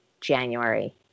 January